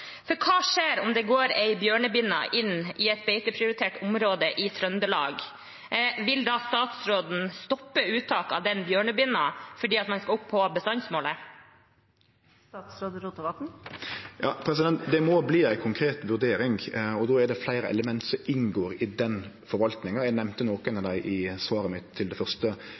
skjer om det går en bjørnebinne inn i et beiteprioritert område i Trøndelag? Vil da statsråden stoppe uttak av den bjørnebinna fordi man skal opp på bestandsmålet? Det må verte ei konkret vurdering, og då er det fleire element som inngår i den forvaltinga. Eg nemnde nokre av dei i svaret mitt til det første